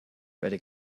better